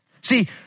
See